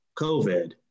COVID